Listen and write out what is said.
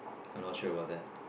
I'm not sure about that